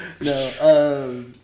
No